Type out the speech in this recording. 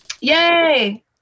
Yay